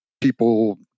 people